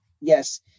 yes